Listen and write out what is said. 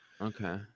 Okay